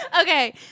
Okay